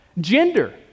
Gender